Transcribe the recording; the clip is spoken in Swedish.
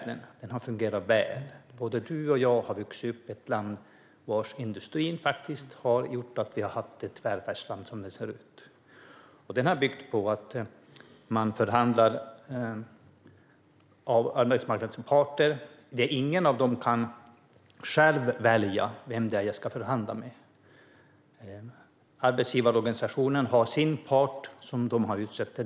Den svenska modellen har fungerat väl. Både du, Lars Hjälmered, och jag har vuxit upp i ett land där industrin har gjort att vi har haft välfärd. Modellen har byggt på att arbetsmarknadens parter förhandlar. Ingen av dem kan själv välja vem de ska förhandla med. Arbetsgivarsidan har sin part, som de har utsett.